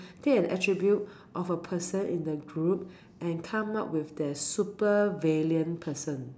take an attribute of a person in the group and come up with their supervillain person